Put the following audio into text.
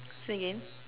say again